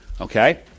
okay